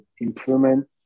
improvement